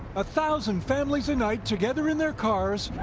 a thousand families a night together in their cars